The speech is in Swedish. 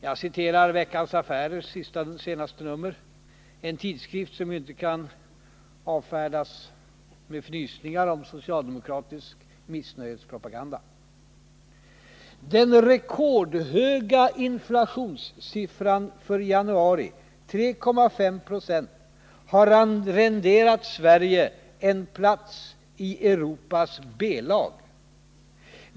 Jag citerar Veckans Affärers senaste nummer, en tidskrift som ju inte kan avfärdas med fnysningar om socialdemokratisk missnöjespropaganda: ”Den rekordhöga inflationssiffran för januari, 3,5 20, har renderat Sverige en plats i Europas B-lag.